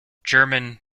german